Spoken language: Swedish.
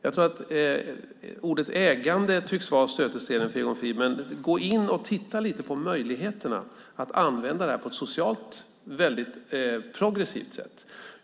Ordet ägande tycks vara stötestenen för Egon Frid, men gå in och titta lite på möjligheterna att använda det här på ett socialt väldigt progressivt sätt!